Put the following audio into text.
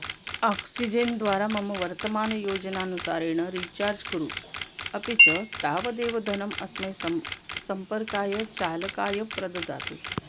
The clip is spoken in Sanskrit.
आक्सिजेन् द्वारा मम वर्तमानयोजनानुसारेण रीचार्ज् कुरु अपि च तावदेव धनम् अस्मै सं सम्पर्काय चालकाय प्रददातु